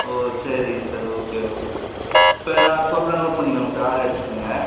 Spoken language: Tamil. ஓ சரிங்க சார் ஓகே ஓகே ஓகே சரி நான் சொல்கிறேன் நோட் பண்ணிக்கோங்க சார் ஆர்டர் எடுத்துக்கோங்க